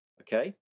Okay